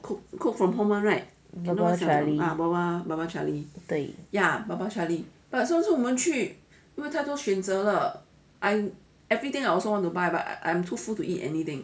Baba Charlie 对